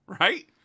right